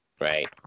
right